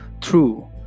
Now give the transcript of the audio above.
True